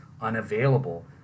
unavailable